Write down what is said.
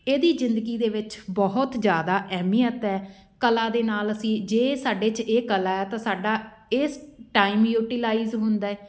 ਇਹਦੀ ਜ਼ਿੰਦਗੀ ਦੇ ਵਿੱਚ ਬਹੁਤ ਜ਼ਿਆਦਾ ਅਹਿਮੀਅਤ ਹੈ ਕਲਾ ਦੇ ਨਾਲ਼ ਅਸੀਂ ਜੇ ਸਾਡੇ 'ਚ ਇਹ ਕਲਾ ਹੈ ਤਾਂ ਸਾਡਾ ਇਸ ਟਾਈਮ ਯੂਟੀਲਾਈਜ ਹੁੰਦਾ ਹੈ